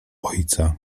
ojca